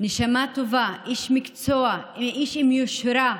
נשמה טובה, איש מקצוע, איש עם יושרה,